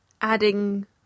adding